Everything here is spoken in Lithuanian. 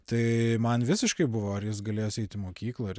tai man visiškai buvo ar jis galės eit į mokyklą ir